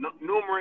numerous